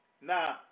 Now